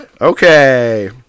Okay